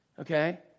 Okay